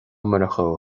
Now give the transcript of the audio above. murchú